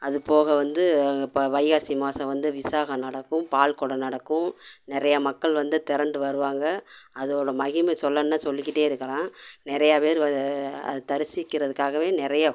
அது போக வந்து இப்போ வைகாசி மாதம் வந்து விசாகம் நடக்கும் பால்குடம் நடக்கும் நிறையா மக்கள் வந்து திரண்டு வருவாங்கள் அதோடய மகிமை சொல்லணும்னா சொல்லிக்கிட்டே இருக்கலாம் நிறையா பேர் அதை தரிசிக்கிறதுக்காகவே நிறையா